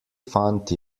fant